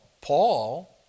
Paul